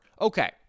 Okay